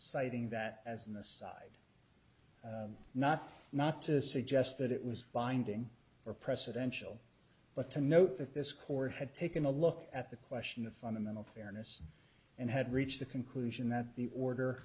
citing that as an aside not not to suggest that it was binding or presidential but to note that this court had taken a look at the question of fundamental fairness and had reached the conclusion that the order